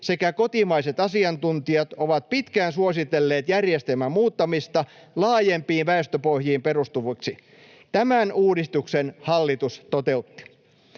sekä kotimaiset asiantuntijat ovat pitkään suositelleet järjestelmän muuttamista laajempiin väestöpohjiin perustuvaksi. Tämän uudistuksen hallitus toteutti.